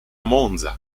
monza